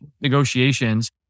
negotiations